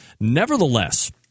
Nevertheless